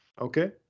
okay